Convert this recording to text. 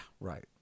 right